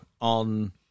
on